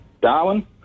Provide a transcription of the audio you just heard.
Darwin